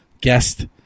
guest